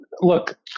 look